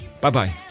Bye-bye